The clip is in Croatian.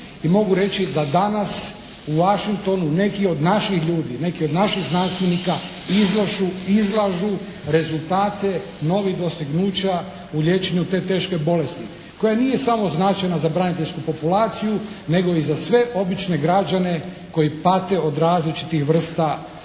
i mogu reći da danas u Washingtonu neki od naših ljudi, neko od naših znanstvenika izlažu rezultate novih dostignuća u liječenju te teške bolesti koja nije samo značajna za braniteljsku populaciju, nego i za sve obične građane koji pate od različitih vrsta trauma.